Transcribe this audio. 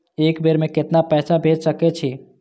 एक बेर में केतना पैसा भेज सके छी?